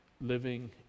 living